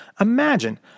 imagine